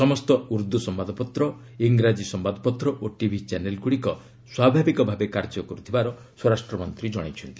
ସମସ୍ତ ଉର୍ଦ୍ଦୁ ସମ୍ଭାଦପତ୍ର ଇଂରାଜୀ ସମ୍ଭାଦପତ୍ର ଓ ଟିଭି ଚ୍ୟାନେଲ୍ଗୁଡ଼ିକ ସ୍ୱାଭାବିକ ଭାବେ କାର୍ଯ୍ୟ କରୁଥିବାର ସ୍ୱରାଷ୍ଟ୍ର ମନ୍ତ୍ରୀ ଜଣାଇଛନ୍ତି